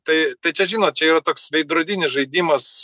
tai tai čia žinot čia yra toks veidrodinis žaidimas